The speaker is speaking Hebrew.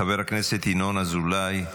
חבר הכנסת ינון אזולאי.